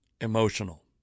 emotional